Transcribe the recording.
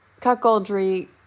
cuckoldry